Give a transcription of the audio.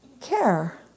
care